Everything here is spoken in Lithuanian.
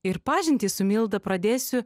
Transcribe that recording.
ir pažintį su milda pradėsiu